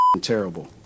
terrible